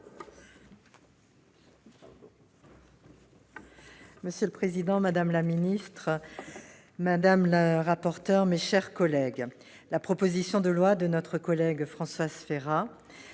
Monsieur le président, madame la secrétaire d'État, madame la rapporteure, mes chers collègues, la proposition de loi de notre collègue Françoise Férat